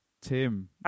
Tim